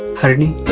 harini